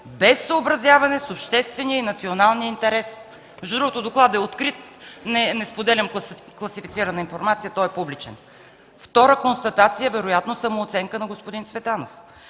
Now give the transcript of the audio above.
без съобразяване с обществения и националния интерес.” Между другото, докладът е открит, не споделям класифицирана информация, той е публичен. Втора констатация, вероятно самооценка на господин Цветанов: